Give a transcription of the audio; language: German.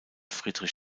friedrich